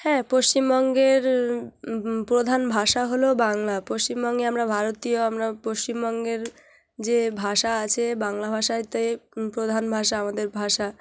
হ্যাঁ পশ্চিমবঙ্গের প্রধান ভাষা হলো বাংলা পশ্চিমবঙ্গে আমরা ভারতীয় আমরা পশ্চিমবঙ্গের যে ভাষা আছে বাংলা ভাষাতে প্রধান ভাষা আমাদের ভাষা